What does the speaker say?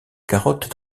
carotte